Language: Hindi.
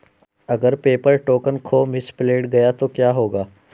अगर पेपर टोकन खो मिसप्लेस्ड गया तो क्या होगा?